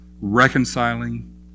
reconciling